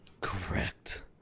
Correct